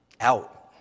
Out